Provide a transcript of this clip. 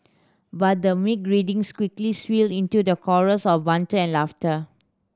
but the meek greetings quickly swelled into the chorus of banter and laughter